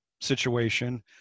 situation